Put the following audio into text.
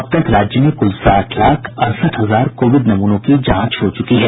अब तक राज्य में कुल साठ लाख अड़सठ हजार कोविड नमूनों की जांच हो चुकी है